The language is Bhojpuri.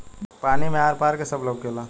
पानी मे आर पार के सब लउकेला